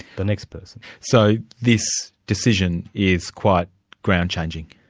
the next person. so this decision is quite ground-changing?